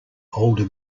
older